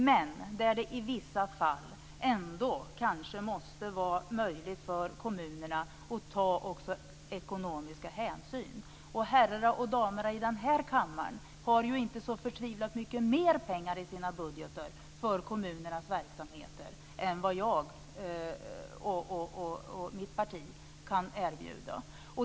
Men i vissa fall måste det kanske ändå vara möjligt för kommunerna att också ta ekonomiska hänsyn. Herrarna och damerna i denna kammare har inte så förtvivlat mycket mera pengar i sina budgetar för kommunernas verksamheter än vad jag och mitt parti kan erbjuda.